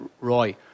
Roy